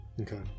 Okay